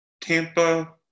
Tampa